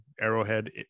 Arrowhead